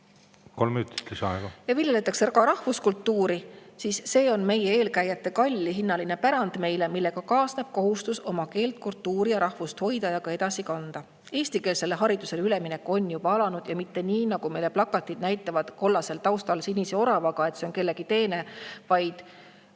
ja viljeletaks rahvuskultuuri. See on meie eelkäijate kallihinnaline pärand meile, millega kaasneb kohustus oma keelt, kultuuri ja rahvust hoida ja ka edasi kanda. Eestikeelsele haridusele üleminek on juba alanud ja ei ole nii, nagu meile näitavad plakatid kollasel taustal sinise oravaga, et see on kellegi teene. Kaja